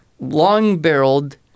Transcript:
Long-barreled